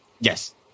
Yes